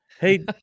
Hey